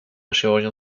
chirurgien